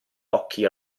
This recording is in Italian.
occhi